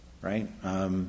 Right